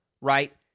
right